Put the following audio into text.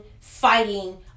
fighting